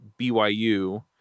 BYU